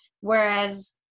whereas